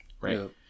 right